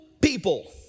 people